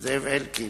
זאב אלקין